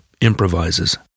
improvises